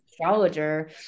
astrologer